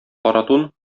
каратун